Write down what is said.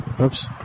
Oops